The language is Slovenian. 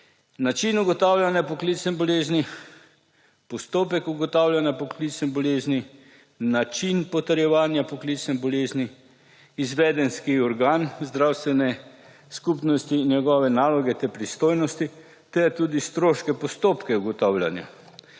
način ugotavljanja poklicne bolezni, postopek ugotavljanja poklicne bolezni, način potrjevanja poklicne bolezni, izvedenski organ zdravstvene skupnosti in njegove naloge ter pristojnosti ter tudi stroške postopka ugotavljanja,